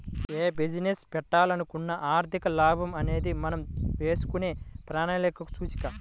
యే బిజినెస్ పెట్టాలనుకున్నా ఆర్థిక లాభం అనేది మనం వేసుకునే ప్రణాళికలకు సూచిక